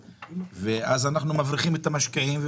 אנחנו מבריחים את המשקיעים,